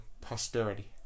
posterity